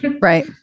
Right